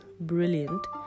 brilliant